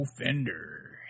offender